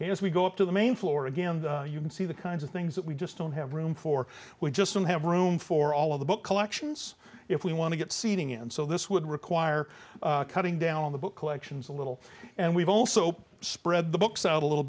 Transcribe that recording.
as we go up to the main floor again you can see the kinds of things that we just don't have room for we just don't have room for all of the book collections if we want to get seating and so this would require cutting down on the book collections a little and we've also spread the books out a little